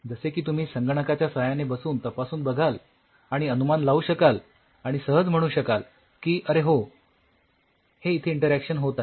जसे की तुम्ही संगणकाच्या साह्याने बसून तपासून बघाल आणि अनुमान लावू शकाल आणि सहज म्हणू शकाल की अरे हो हे इथे इंटरऍक्ट होत आहे